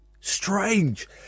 strange